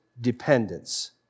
dependence